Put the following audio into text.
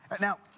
Now